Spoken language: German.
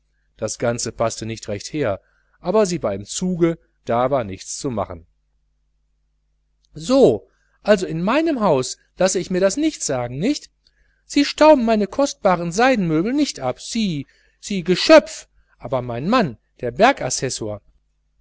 das ganze paßte nicht recht her aber sie war im zuge da war nichts zu machen so also in meinem hause lasse ich mir das nicht sagen ich nicht sie stauben meine kostbaren seidenmöbel nicht ab sie geschöpf aber mein mann der